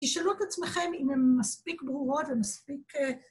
תשאלו את עצמכם אם הם מספיק ברורות ומספיק...